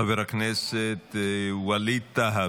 חבר הכנסת ווליד טאהא,